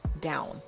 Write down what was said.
down